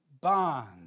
bond